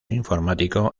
informático